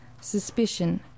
suspicion